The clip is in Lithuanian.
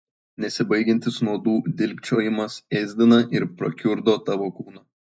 nesibaigiantis nuodų dilgčiojimas ėsdina ir prakiurdo tavo kūną